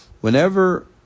Whenever